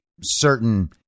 certain